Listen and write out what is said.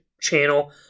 channel